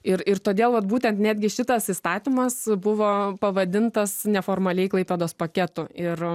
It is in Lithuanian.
ir ir todėl vat būtent netgi šitas įstatymas buvo pavadintas neformaliai klaipėdos paketu ir